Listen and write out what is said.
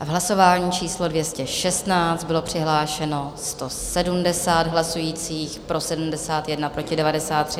Hlasování číslo 216, přihlášeno 170 hlasujících, pro 71, proti 93.